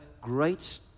great